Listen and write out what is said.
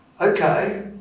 Okay